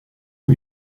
new